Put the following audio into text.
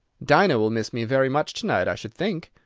dinah'll miss me very much to-night, i should think!